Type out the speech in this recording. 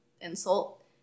insult